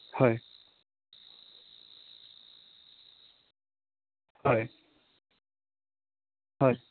হয় হয় হয়